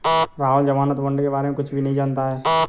राहुल ज़मानत बॉण्ड के बारे में कुछ भी नहीं जानता है